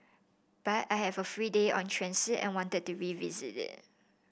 but I have a free day on transit and wanted to revisit it